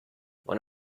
one